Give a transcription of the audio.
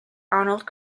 arnold